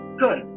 Good